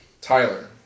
Tyler